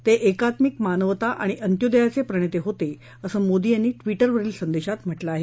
ते एकात्मिक मानवता आणि अंत्योदयचे प्रणेते होते असं मोदी यांनी ट्विटरवरील संदेशात म्हटलं आहे